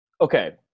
okay